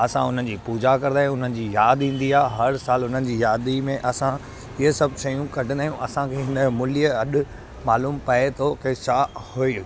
असां उन जी पूॼा कंदा आहियूं उन जी यादि ईंदी आहे हर साल उन जी यादि मे असां इहे सभु शयूं कढंदा आहियूं असांखे इन जो मूल्य अॼु मालूमु पए थो की छा उहे